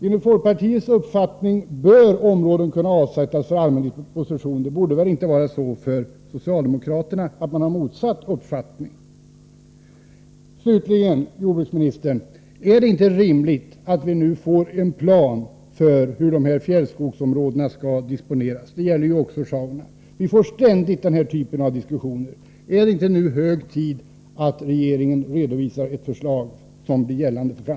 Enligt folkpartiets uppfattning bör områden kunna avsättas för allmän disposition — det kan väl inte vara så att socialdemokraterna har motsatt uppfattning? Slutligen, herr jordbruksminister: Är det inte rimligt att vi nu får en plan för hur dessa fjällskogsområden skall disponeras, även Sjaunja? Denna typ av diskussion uppkommer ständigt. Är det nu inte hög tid att regeringen redovisar ett förslag som kan gälla för framtiden?